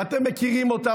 ואתם מכירים אותם,